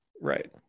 Right